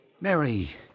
Mary